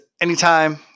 anytime